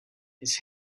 his